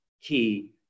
key